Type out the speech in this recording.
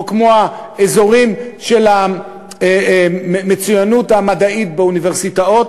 או כמו האזורים של המצוינות המדעית באוניברסיטאות,